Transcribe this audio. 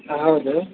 ಹಾಂ ಹೌದು